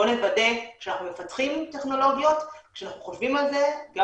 בוא נוודא שאנחנו מפתחים טכנולוגיות כשאנחנו חושבים על זה גם